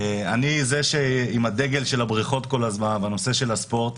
אני זה עם הדגל של הבריכות כל הזמן והנושא של הספורט.